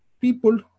People